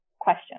question